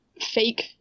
fake